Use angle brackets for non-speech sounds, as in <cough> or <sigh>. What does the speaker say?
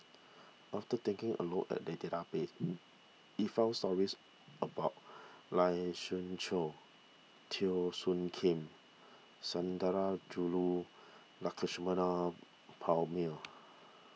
after taking a look at <unintelligible> <noise> we found stories about Lai Siu Chiu Teo Soon Kim Sundarajulu Lakshmana Perumal